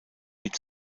mit